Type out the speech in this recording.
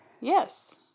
Yes